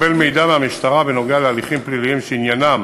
לקבל מידע מהמשטרה בנוגע להליכים פליליים שעניינם